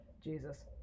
Jesus